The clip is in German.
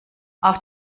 auf